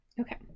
Okay